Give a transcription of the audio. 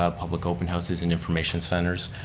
ah public open houses and information centres